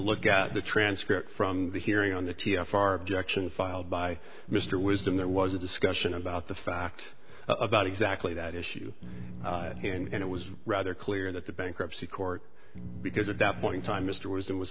look at the transcript from the hearing on the t f r jackson filed by mr wisdom there was a discussion about the fact about exactly that issue and it was rather clear that the bankruptcy court because at that point time mr was it was